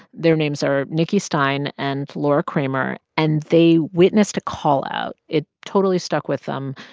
their names are nicki stein and laura kramer. and they witnessed a callout. it totally stuck with them.